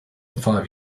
five